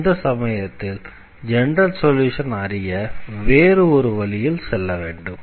அந்த சமயத்தில் ஜெனரல் சொல்யூஷனை அறிய வேறு ஒரு வழியில் செல்லவேண்டும்